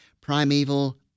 primeval